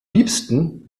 liebsten